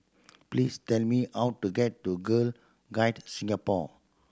please tell me how to get to Girl Guides Singapore